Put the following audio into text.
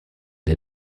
der